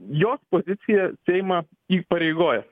jos pozicija seimą įpareigoja